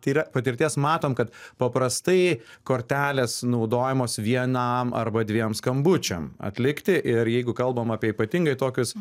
tai yra patirties matom kad paprastai kortelės naudojamos vienam arba dviem skambučiam atlikti ir jeigu kalbam apie ypatingai tokius